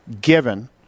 given